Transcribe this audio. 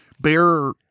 bear